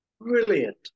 brilliant